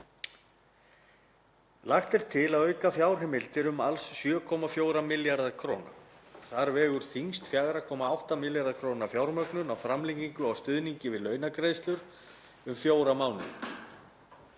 Lagt er til að auka fjárheimildir um samtals 7,4 milljarða kr. Þar vegur þyngst 4,8 milljarða kr. fjármögnun á framlengingu á stuðningi við launagreiðslur um fjóra mánuði.